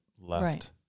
left